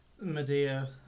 Medea